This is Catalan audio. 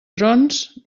trons